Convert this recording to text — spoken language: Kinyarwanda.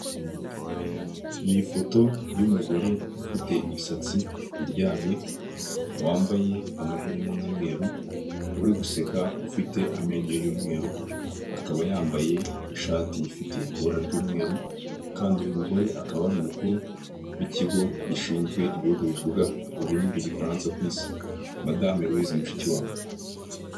Ni ifoto y'umugore ufite imisatsi iryamye, wambaye amaherena y'umweru uri guseka, ufite amenyo y'umweru, akaba yambaye ishati ifite ikora ry'umweru kandi uyu mugore akaba ari umukuru w'ikigo gishinzwe ibihugu bivuga ururimi rw'igifaransa ku isi madame Louise Mushikiwabo.